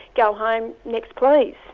go home, next please.